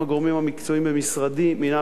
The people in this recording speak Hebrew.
עם הגורמים המקצועיים במשרדי בעניין